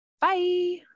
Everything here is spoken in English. Bye